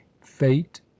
fate